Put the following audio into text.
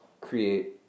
create